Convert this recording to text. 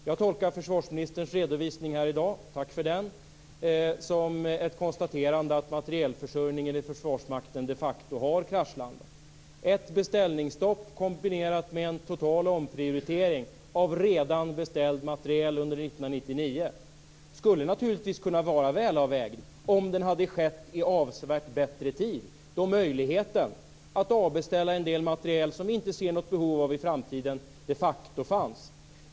Jag tolkar försvarsministerns redovisning i dag - tack för den - som ett konstaterande att materielförsörjningen i Försvarsmakten de facto har kraschlandat. Ett beställningsstopp kombinerat med en total omprioritering av redan beställt materiel under 1999 skulle kunna vara välavvägt om det hade skett i avsevärt bättre tid, då möjligheten att avbeställa en del materiel som vi inte ser något behov av i framtiden de facto fanns.